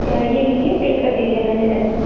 ये लीजिए पैक कर दिया है मैंने